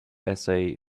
essay